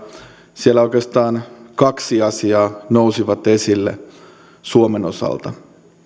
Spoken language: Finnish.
siellä oikeastaan kaksi asiaa nousi esille suomen osalta